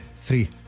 Three